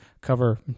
cover